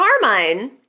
Carmine